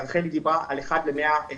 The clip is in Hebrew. רחלי דיברה על 1:150,